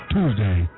Tuesday